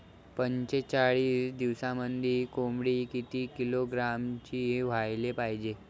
पंचेचाळीस दिवसामंदी कोंबडी किती किलोग्रॅमची व्हायले पाहीजे?